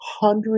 hundreds